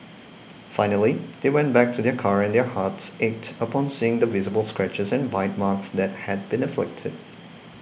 finally they went back to their car and their hearts ached upon seeing the visible scratches and bite marks that had been inflicted